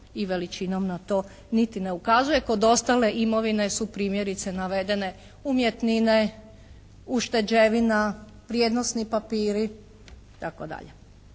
i veličinom na to niti ne ukazuje. Kod ostale imovine su primjerice navedene umjetnine, ušteđevina, vrijednosni papiri, itd. Dakle,